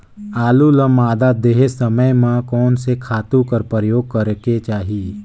आलू ल मादा देहे समय म कोन से खातु कर प्रयोग करेके चाही?